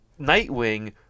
Nightwing